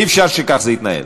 אי-אפשר שכך זה יתנהל.